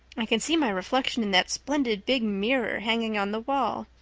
i can see my reflection in that splendid big mirror hanging on the wall.